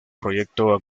proyecto